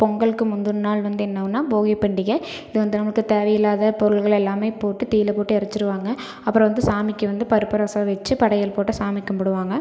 பொங்கலுக்கு முந்தின நாள் வந்து என்னாவுன்னா போகிப் பண்டிகை இது வந்து நம்மளுக்கு தேவையில்லாத பொருள்கள் எல்லாமே போட்டு தீயில் போட்டு எரிச்சிருவாங்க அப்புறம் வந்து சாமிக்கு வந்து பருப்பு ரசம் வச்சு படையல் போட்டு சாமி கும்பிடுவாங்க